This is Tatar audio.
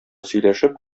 сөйләшеп